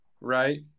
right